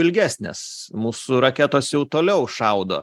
ilgesnės mūsų raketos jau toliau šaudo